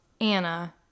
anna